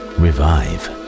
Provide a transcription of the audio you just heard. revive